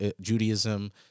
Judaism